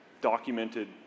documented